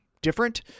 different